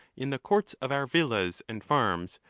in the courts of our villas and farms,